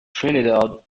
trinidad